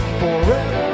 forever